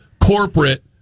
corporate